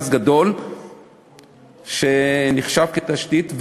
שנחשב לתשתית,